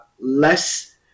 less